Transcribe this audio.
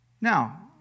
Now